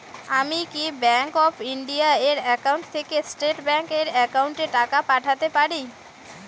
আমি কি bank of India এর একাউন্ট থেকে স্টেট ব্যাংক এর একাউন্টে টাকা পাঠাতে পারি?